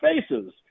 faces